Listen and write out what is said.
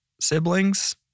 siblings